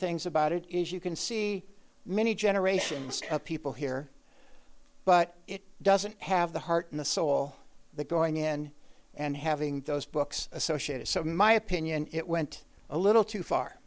things about it is you can see many generations of people here but it doesn't have the heart in the soul that going in and having those books associated so my opinion it went a little too far